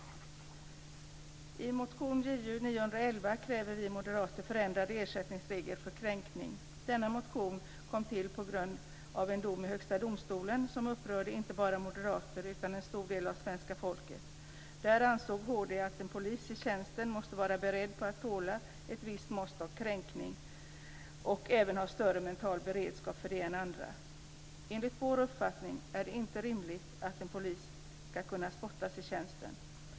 I motion Ju911 kräver vi moderater förändrade ersättningsregler för kränkning. Denna motion kom till på grund av en dom i Högsta domstolen som upprörde inte bara moderater utan också en stor del av svenska folket. Där ansåg HD att en polis i tjänsten måste vara beredd att tåla ett visst mått av kränkning och även ha en större mental beredskap för det än andra. Enligt vår uppfattning är det inte rimligt att en polis ska kunna spottas på i tjänsten.